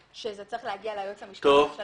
שזה לא צריך להגיע ליועץ המשפטי לממשלה.